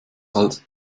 als